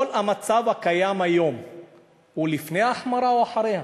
כל המצב הקיים היום הוא לפני ההחמרה או אחריה?